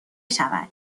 شود